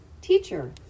Teacher